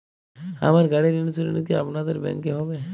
আমার গাড়ির ইন্সুরেন্স কি আপনাদের ব্যাংক এ হবে?